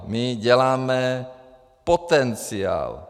My děláme potenciál.